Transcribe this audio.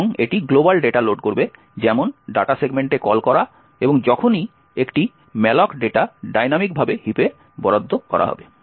এবং এটি global data load করবে যেমন ডাটা সেগমেন্টে কল করা এবং যখনই একটি malloc ডেটা ডাইনামিকভাবে হিপে বরাদ্দ করা হবে